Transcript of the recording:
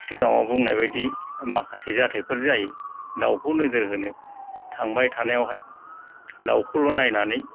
सिगाङाव बुंनाय बायदि माखासे जाथायफोर जायो दाउखौ नोजोर होनो थांबाय थानायावहाय दावखौल' नायनानै